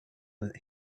that